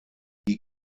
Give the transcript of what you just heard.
die